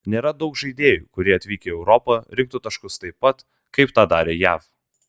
nėra daug žaidėjų kurie atvykę į europą rinktų taškus taip pat kaip tą darė jav